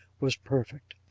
was perfect.